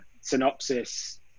synopsis